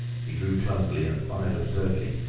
he drew clumsily and fired absurdly,